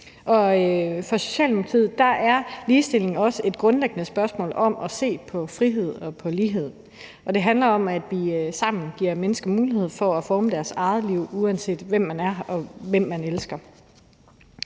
for Socialdemokratiet er ligestilling også grundlæggende et spørgsmål om at se på frihed og lighed, og det handler om, at vi sammen giver mennesker mulighed for at forme deres eget liv, uanset hvem de er og hvem de elsker.